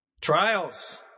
Trials